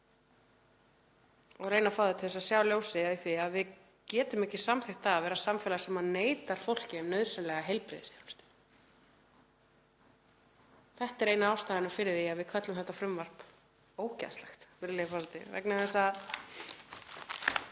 og reyna að fá þau til að sjá ljósið í því að við getum ekki samþykkt að vera samfélag sem neitar fólki um nauðsynlega heilbrigðisþjónustu. Þetta er ein af ástæðunum fyrir því að við köllum þetta frumvarp ógeðslegt, virðulegi forseti,